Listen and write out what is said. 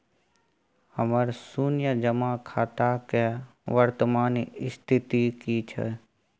हमर शुन्य जमा खाता के वर्तमान स्थिति की छै?